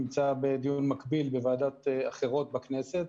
נמצא בדיון מקביל בוועדות אחרות בכנסת.